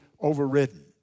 overridden